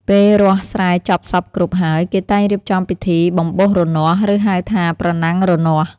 ពេលរាស់ស្រែចប់សព្វគ្រប់ហើយគេតែងរៀបចំពិធី បំបោសរនាស់ ឬហៅថា ប្រណាំងរនាស់។